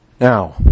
Now